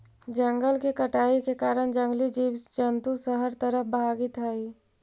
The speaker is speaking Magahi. जंगल के कटाई के कारण जंगली जीव जंतु शहर तरफ भागित हइ